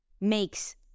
makes